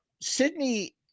Sydney